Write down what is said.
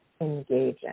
engaging